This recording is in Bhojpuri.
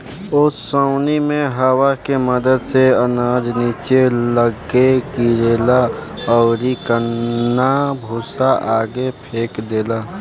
ओसौनी मे हवा के मदद से अनाज निचे लग्गे गिरेला अउरी कन्ना भूसा आगे फेंक देला